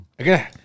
Okay